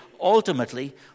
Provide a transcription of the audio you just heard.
ultimately